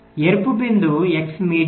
ఎరుపు బిందువు x median